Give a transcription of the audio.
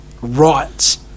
rights